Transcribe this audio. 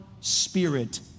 spirit